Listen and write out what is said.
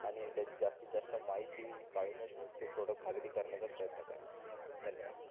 आणि त्याची जास्तीत जास्त माहिती काढूनच तो प्रोडक खरेदी करण्याचा प्रयत्न करा धन्यवाद